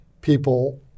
people